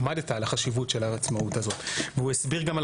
עמדת על החשיבות של העצמאות הזאת והוא הסביר גם על